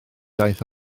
iaith